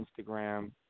Instagram